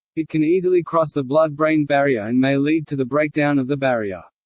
it can easily cross the blood-brain barrier and may lead to the breakdown of the barrier.